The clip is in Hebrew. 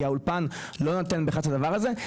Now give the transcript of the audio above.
כי האולפן לא נותן בהכרח את הדבר הזה.